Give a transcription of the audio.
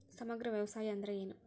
ಸಮಗ್ರ ವ್ಯವಸಾಯ ಅಂದ್ರ ಏನು?